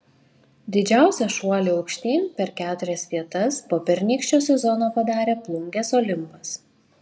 didžiausią šuolį aukštyn per keturias vietas po pernykščio sezono padarė plungės olimpas